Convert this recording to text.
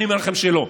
אני אומר לכם שלא.